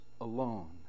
alone